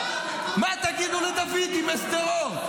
מה תגידו לדוידי משדרות?